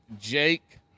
Jake